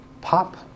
pop